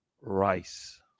Rice